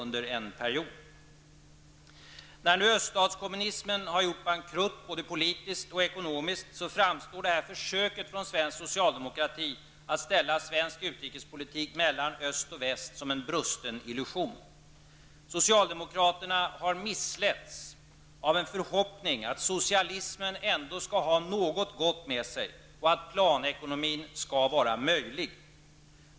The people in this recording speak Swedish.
När nu öststatskommunismen har gjort bankrutt både politiskt och ekonomiskt framstår de svenska socialdemokraternas försök att ställa svensk utrikespolitik mellan öst och väst som en brusten illusion. Socialdemokraterna har missletts av en förhoppning att socialismen ändå skall ha något gott med sig och att planekonomin skall vara möjlig.